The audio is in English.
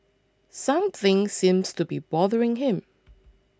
something seems to be bothering him